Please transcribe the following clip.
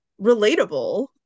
relatable